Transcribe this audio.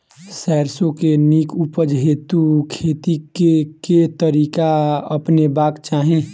सैरसो केँ नीक उपज हेतु खेती केँ केँ तरीका अपनेबाक चाहि?